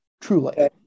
truly